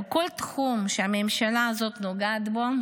בכל תחום שהממשלה הזאת נוגעת בו,